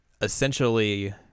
Essentially